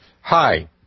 Hi